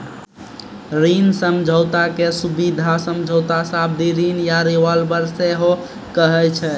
ऋण समझौता के सुबिधा समझौता, सावधि ऋण या रिवॉल्बर सेहो कहै छै